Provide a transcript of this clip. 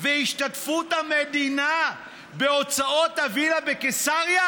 והשתתפות המדינה בהוצאות הווילה בקיסריה?